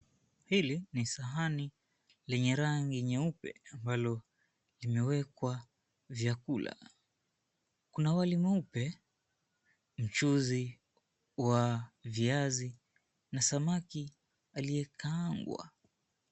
Hili ni sahani lenye rangi nyeupe ambalo limewekwa vyakula kuna wali mweupe, mchuzi wa viazi na samaki aliyekaangwa.